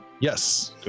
Yes